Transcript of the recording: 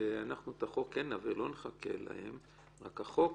שאנחנו את החוק כן נעביר, לא נחכה להם, רק החוק